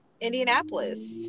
Indianapolis